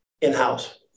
in-house